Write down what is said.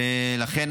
לכן,